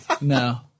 No